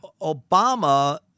Obama